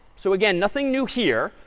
so again, nothing new here,